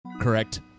correct